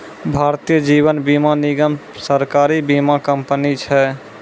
भारतीय जीवन बीमा निगम, सरकारी बीमा कंपनी छै